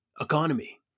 economy